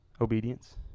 Obedience